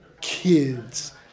kids